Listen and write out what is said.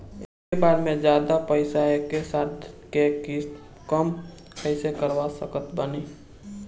एके बार मे जादे पईसा एके साथे डाल के किश्त कम कैसे करवा सकत बानी?